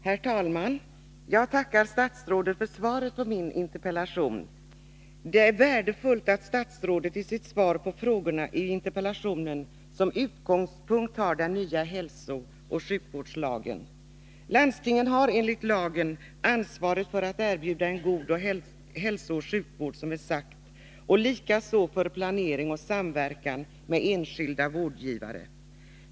Herr talman! Jag tackar statsrådet för svaret på min interpellation. Det är värdefullt att statsrådet i sitt svar på frågorna i interpellationen som utgångspunkt har den nya hälsooch sjukvårdslagen. Landstingen har, som sagt, enligt lagen ansvaret för en god hälsooch sjukvård, likaså för planering och samverkan med enskilda vårdgivare.